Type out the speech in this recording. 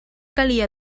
calia